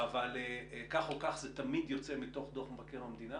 אבל כך או כך זה תמיד יוצא מתוך דוח מבקר המדינה